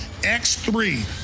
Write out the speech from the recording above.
X3